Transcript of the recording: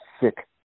sick